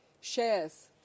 shares